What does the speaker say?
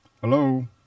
Hello